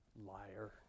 Liar